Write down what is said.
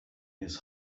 his